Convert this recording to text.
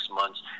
months